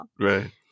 right